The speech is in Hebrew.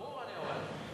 ברור, אני אומר.